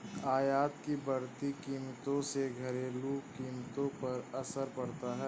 आयात की बढ़ती कीमतों से घरेलू कीमतों पर असर पड़ता है